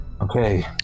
Okay